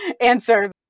answer